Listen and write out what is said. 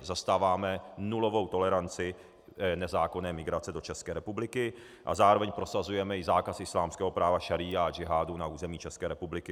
Zastáváme nulovou toleranci nezákonné migrace do České republiky a zároveň prosazujeme i zákaz islámského práva šaría a džihádu na území České republiky.